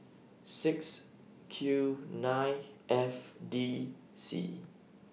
six Q nine F D C